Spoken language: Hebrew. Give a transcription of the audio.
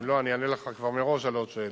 אם לא, אני אענה לך כבר מראש על עוד שאלה.